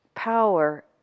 power